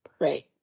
Right